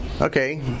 okay